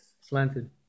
Slanted